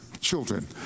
children